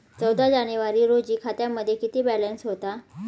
चौदा जानेवारी रोजी खात्यामध्ये किती बॅलन्स होता?